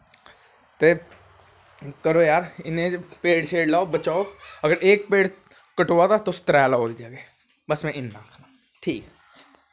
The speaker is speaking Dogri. ते करो यार इन्ने पेड़ शेड़ लाई बचाओ अगर इक पेड़ कटोआ दा तुस त्रै लाओ बस में इन्नां आखनां ठीक ऐ